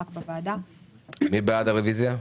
מי בעד הרביזיה?